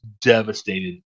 devastated